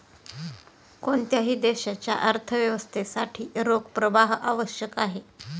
कोणत्याही देशाच्या अर्थव्यवस्थेसाठी रोख प्रवाह आवश्यक आहे